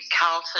Carlton